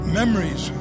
memories